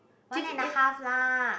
one and a half lah